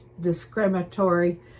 discriminatory